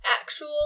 actual